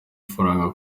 faranga